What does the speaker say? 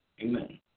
Amen